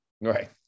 Right